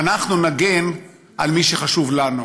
ואנחנו נגן על מי שחשוב לנו.